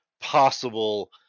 possible